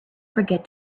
forget